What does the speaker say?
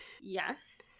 Yes